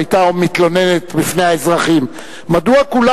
היתה מתלוננת בפני האזרחים: מדוע כולם